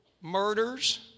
Murders